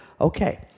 Okay